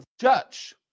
church